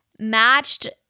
matched